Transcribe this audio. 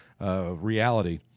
reality